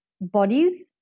bodies